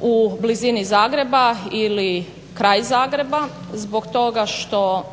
u blizini Zagreba ili kraj Zagreba zbog toga što